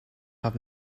have